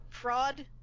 Fraud